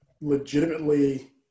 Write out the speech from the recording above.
legitimately